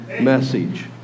message